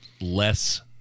less